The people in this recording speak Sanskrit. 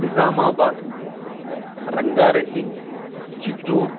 निज़ामाबाद् रङ्गारेड्डी चित्तूर्